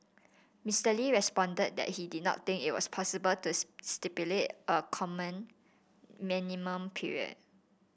Mister Lee responded that he did not think it was possible to stipulate a common minimum period